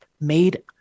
made